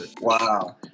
Wow